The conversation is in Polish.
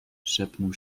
szepnął